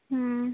ᱦᱩᱸ